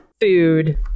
food